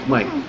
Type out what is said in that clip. Mike